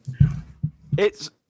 It's-